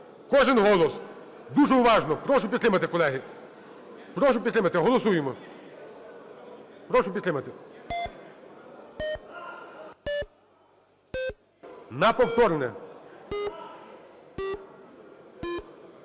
Кожен голос. Дуже уважно, прошу підтримати, колеги. Прошу підтримати! Голосуємо! Прошу підтримати! На повторне.